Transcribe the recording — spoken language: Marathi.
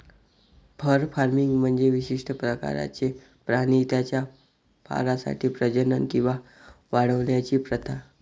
फर फार्मिंग म्हणजे विशिष्ट प्रकारचे प्राणी त्यांच्या फरसाठी प्रजनन किंवा वाढवण्याची प्रथा